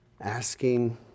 asking